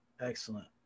excellent